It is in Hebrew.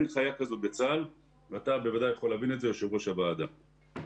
אין חיה כזאת בצבא הגנה לישראל ואתה היושב ראש בוודאי יכול